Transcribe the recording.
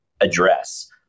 address